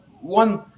one